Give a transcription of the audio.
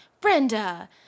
Brenda